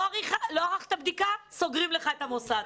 לא ערכת בדיקה סוגרים לך את המוסד.